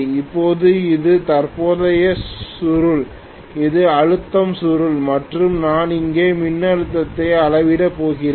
இப்போது இது தற்போதைய சுருள் இது அழுத்தம் சுருள் மற்றும் நான் இங்கே மின்னழுத்தத்தை அளவிடப் போகிறேன்